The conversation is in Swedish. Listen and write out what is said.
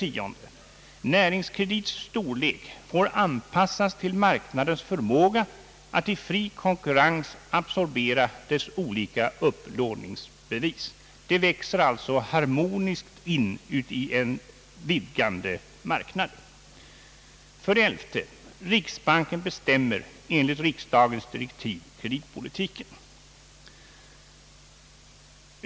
10) Näringskredits storlek får anpassas till marknadens förmåga att i fri konkurrens absorbera dess olika upplåningsbevis. De växer alltså harmoniskt in i en vidgande marknad.